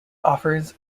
offers